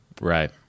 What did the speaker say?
Right